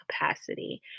capacity